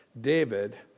David